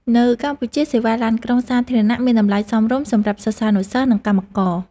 នៅកម្ពុជា សេវាឡានក្រុងសាធារណៈមានតម្លៃសមរម្យសម្រាប់សិស្សានុសិស្ស និងកម្មករ។